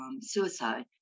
suicide